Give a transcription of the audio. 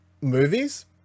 movies